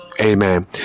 Amen